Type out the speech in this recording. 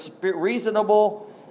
reasonable